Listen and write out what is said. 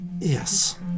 Yes